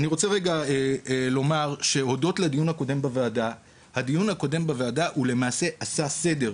אני רוצה לומר שהדיון הקודם בוועדה למעשה עשה סדר.